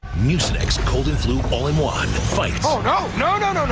cold and flu all in one. five oh no no no no